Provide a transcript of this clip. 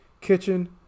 kitchen